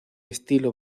estilo